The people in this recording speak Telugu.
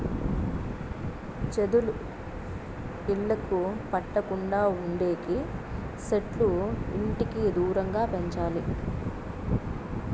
చెదలు ఇళ్లకు పట్టకుండా ఉండేకి సెట్లు ఇంటికి దూరంగా పెంచాలి